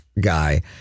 guy